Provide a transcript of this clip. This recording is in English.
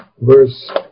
verse